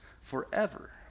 forever